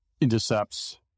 intercepts